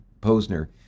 Posner